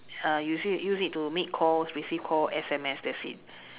uh use it you use it to make calls receive call S_M_S that's it